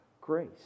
grace